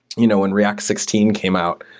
you know when react sixteen came out,